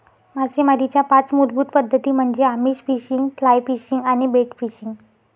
मासेमारीच्या पाच मूलभूत पद्धती म्हणजे आमिष फिशिंग, फ्लाय फिशिंग आणि बेट फिशिंग